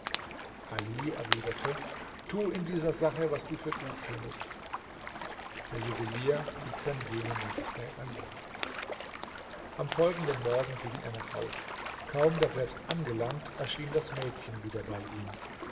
ali erwiderte tu in dieser sache was du für gut findest der juwelier blieb dann jene nacht bei ali am folgenden morgen ging er nach hause kaum daselbst angelangt erschien das mädchen wieder bei ihm